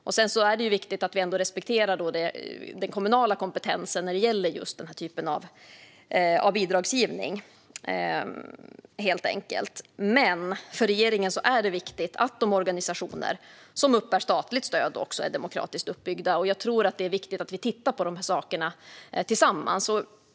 Det är viktigt att vi ändå respekterar den kommunala kompetensen när det gäller den här typen av bidragsgivning. För regeringen är det dock viktigt att de organisationer som uppbär statligt stöd också är demokratiskt uppbyggda, och jag tror att det är viktigt att vi tittar på de här sakerna tillsammans.